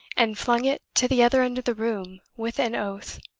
and flung it to the other end of the room with an oath.